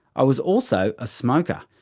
i was also a smoker,